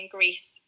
Greece